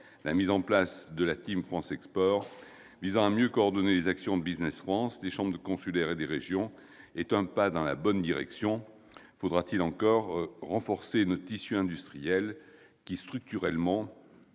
La mise en place de « Team France Export », visant à mieux coordonner les actions de Business France, des chambres consulaires et des régions, est un pas dans la bonne direction. Encore faudra-t-il renforcer notre tissu industriel, structurellement